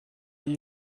die